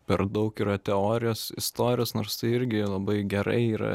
per daug yra teorijos istorijos nors tai irgi labai gerai yra